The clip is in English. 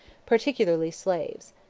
particularly slaves.